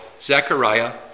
Zechariah